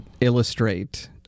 illustrate